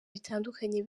bitandukanye